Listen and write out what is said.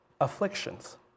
Afflictions